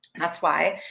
that's why,